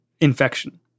infection